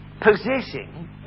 possessing